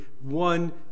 one